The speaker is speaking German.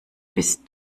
bist